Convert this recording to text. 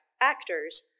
actors